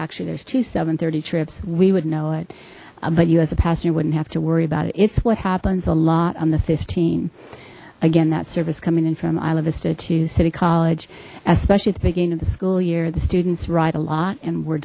actually there's two seven hundred and thirty trips we would know it but you as a passenger wouldn't have to worry about it it's what happens a lot on the fifteen again that service coming in from isla vista to city college especially at the beginning of the school year the students ride a lot and we're